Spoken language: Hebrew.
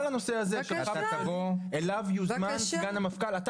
על הנושא הזה שאתה ביקשת, אליו יוזמן סגן המפכ"ל.